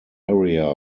area